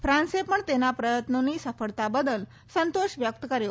ફાન્સે પણ તેના પ્રયત્નોની સફળતા બદલ સંતોષ વ્યક્ત કર્યો